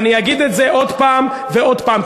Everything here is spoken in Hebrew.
אני אגיד את זה עוד פעם ועוד פעם,